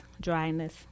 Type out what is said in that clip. dryness